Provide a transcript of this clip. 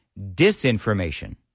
disinformation